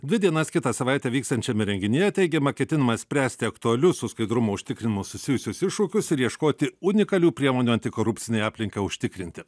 dvi dienas kitą savaitę vyksiančiame renginyje teigiama ketinama spręsti aktualius su skaidrumo užtikrinimu susijusius iššūkius ir ieškoti unikalių priemonių antikorupcinei aplinkai užtikrinti